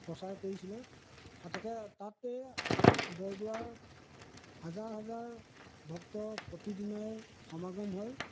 প্ৰচাৰ কৰিছিলে আ তেখেত তাতে বৰদোৱাৰ হাজাৰ হাজাৰ ভক্ত প্ৰতিদিনাই সমাগম হয়